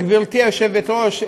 גברתי היושבת-ראש,